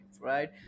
right